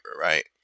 right